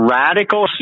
radical